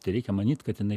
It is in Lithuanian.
tai reikia manyt kad jinai